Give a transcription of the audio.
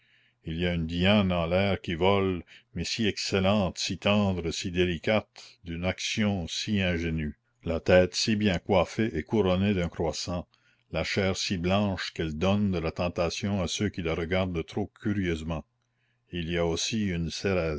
il y a une diane en l'air qui vole mais si excellente si tendre si délicate d'une action si ingénue la tête si bien coiffée et couronnée d'un croissant la chair si blanche qu'elle donne de la tentation à ceux qui la regardent trop curieusement il y a aussi une